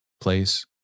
place